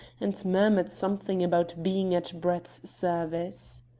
and murmured something about being at brett's service.